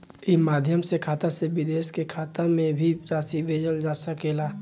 ई माध्यम से खाता से विदेश के खाता में भी राशि भेजल जा सकेला का?